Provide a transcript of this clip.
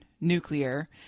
nuclear